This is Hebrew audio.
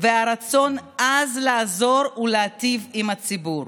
והרצון העז לעזור ולהיטיב עם הציבור.